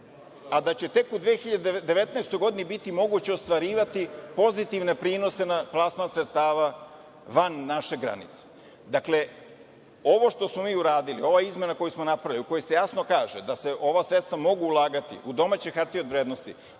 a da će tek u 2019. godini biti moguće ostvarivati pozitivne prinose na plasman sredstava van naše granice. Dakle, ovo što smo mi uradili, ova izmena koju smo napravili, u kojoj se jasno kaže da se ova sredstva mogu ulagati u domaće hartije od vrednosti,